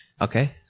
Okay